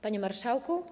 Panie Marszałku!